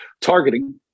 Targeting